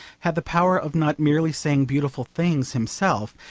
had the power of not merely saying beautiful things himself,